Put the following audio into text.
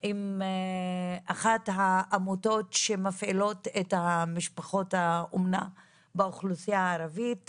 עם אחת העמותות שמפעילות משפחות האומנה באוכלוסייה הערבית,